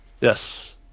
Yes